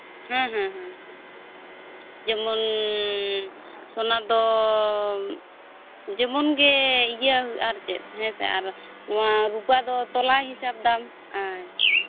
ᱸ ᱡᱮᱢᱚᱱ ᱥᱚᱱᱟ ᱫᱚ ᱡᱮᱢᱚᱱ ᱜᱮ ᱤᱭᱟᱹ ᱟᱨ ᱪᱮᱫ ᱦᱮᱸᱥᱮ ᱟᱨ ᱱᱚᱣᱟ ᱨᱩᱯᱟᱹ ᱫᱚ ᱛᱚᱞᱟ ᱫᱟᱢ ᱟᱪᱪᱷᱟ